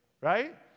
right